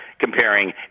comparing